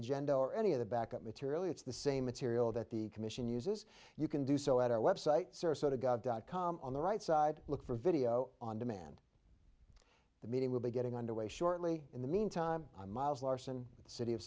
agenda or any of the backup material it's the same material that the commission uses you can do so at our website sarasota gov dot com on the right side look for video on demand the media will be getting underway shortly in the mean time i'm miles larson